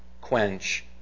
quench